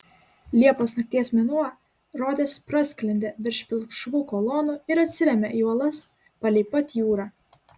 liepos nakties mėnuo rodėsi prasklendė virš pilkšvų kolonų ir atsirėmė į uolas palei pat jūrą